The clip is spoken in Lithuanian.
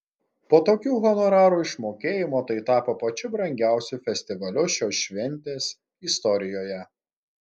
po tokių honorarų išmokėjimo tai tapo pačiu brangiausiu festivaliu šios šventės istorijoje